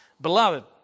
Beloved